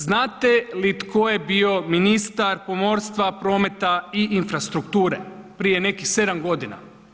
Znate li tko je bio ministar pomorstva, prometa i infrastrukture prije nekih 7 g.